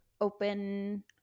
open